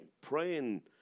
praying